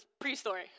pre-story